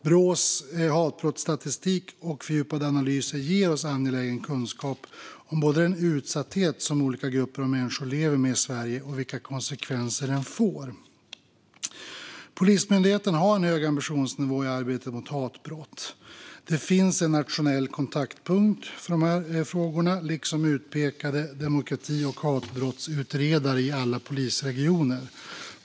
Brås hatbrottsstatistik och fördjupade analyser ger oss angelägen kunskap om både den utsatthet som olika grupper av människor lever med i Sverige och de konsekvenser den får. Polismyndigheten har en hög ambitionsnivå i arbetet mot hatbrott. Det finns en nationell kontaktpunkt för dessa frågor liksom utpekade demokrati och hatbrottsutredare i alla polisregioner.